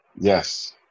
Yes